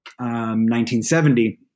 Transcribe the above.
1970